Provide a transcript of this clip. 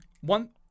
one